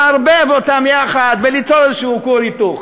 לערבב אותם יחד וליצור איזה כור היתוך?